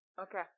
Okay